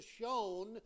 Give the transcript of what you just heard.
shown